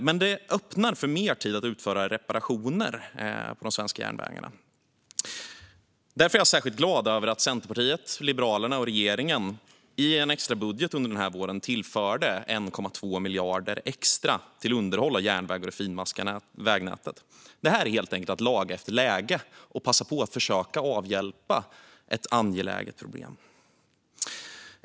Men det öppnar för mer tid att utföra reparationer på de svenska järnvägarna. Därför är jag särskilt glad över att Centerpartiet, Liberalerna och regeringen i en extrabudget under våren tillförde 1,2 miljarder extra till underhåll av järnväg och det finmaskiga vägnätet. Det är helt enkelt att laga efter läge och passa på att försöka att avhjälpa ett angeläget problem.